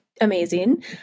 amazing